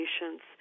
patients